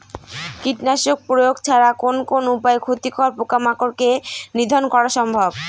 কীটনাশক প্রয়োগ ছাড়া কোন কোন উপায়ে ক্ষতিকর পোকামাকড় কে নিধন করা সম্ভব?